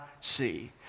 see